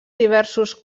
diversos